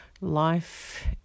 Life